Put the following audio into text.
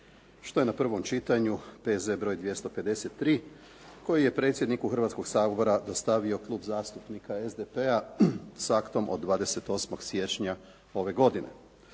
što je na prvom čitanju, P.Z. br. 253, koji je predsjedniku Hrvatskoga sabora dostavio Klub zastupnika SDP-a s aktom od 28. siječnja ove godine.